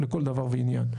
לכל דבר ועניין.